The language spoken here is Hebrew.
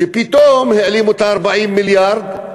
פתאום העלימו את 40 המיליארד.